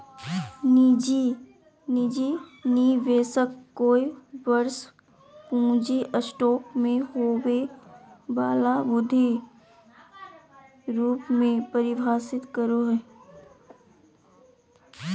निजी निवेशक कोय वर्ष पूँजी स्टॉक में होबो वला वृद्धि रूप में परिभाषित करो हइ